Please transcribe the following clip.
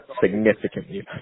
significantly